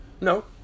No